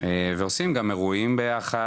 ועושים גם אירועים ביחד,